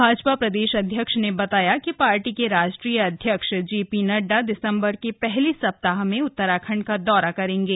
भाजपा प्रदेश अध्यक्ष ने बताया कि पार्टी के राष्ट्रीय अध्यक्ष जे पी नइडा दिसंबर के पहले सप्ताह में उत्तराखंड का दौरा करेंगे